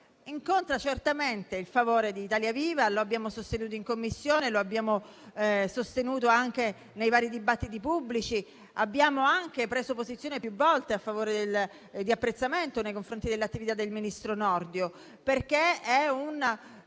incontra certamente il favore di Italia Viva. Lo abbiamo sostenuto in Commissione e anche nei vari dibattiti pubblici. Abbiamo anche preso posizione più volte ed espresso giudizi di apprezzamento nei confronti dell'attività del ministro Nordio, perché è un